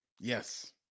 Yes